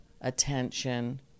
attention